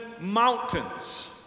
mountains